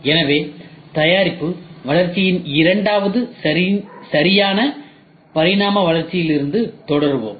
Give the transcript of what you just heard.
எனவே தயாரிப்பு வளர்ச்சியின் இரண்டாவது சரியான பரிணாம வளர்ச்சியிலிருந்து தொடருவோம்